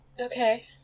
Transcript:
okay